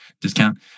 discount